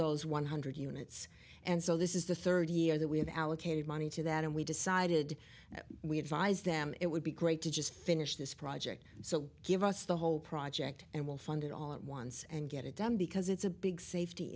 those one hundred units and so this is the third year that we have allocated money to that and we decided we'd vies them it would be great to just finish this project so give us the whole project and will fund it all at once and get it done because it's a big safety